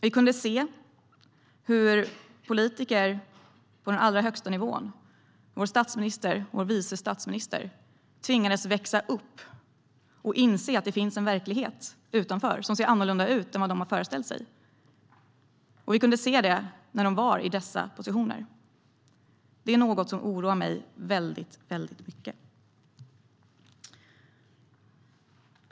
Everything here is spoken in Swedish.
Vi kunde se hur politiker på den allra högsta nivån - vår statsminister och vår vice statsminister - tvingades växa upp och inse att det finns en verklighet utanför som ser annorlunda ut än vad de hade föreställt sig. Vi kunde se det när de var i dessa positioner. Det oroar mig väldigt mycket.